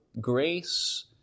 grace